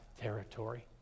territory